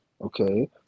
Okay